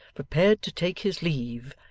prepared to take his leave,